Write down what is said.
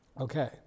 Okay